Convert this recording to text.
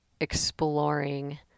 exploring